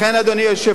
לכן, אדוני היושב-ראש,